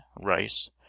rice